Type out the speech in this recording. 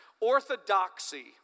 Orthodoxy